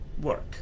work